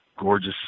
gorgeous